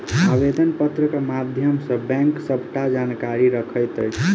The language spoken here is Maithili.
आवेदन पत्र के माध्यम सॅ बैंक सबटा जानकारी रखैत अछि